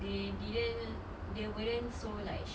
they didn't they wouldn't so like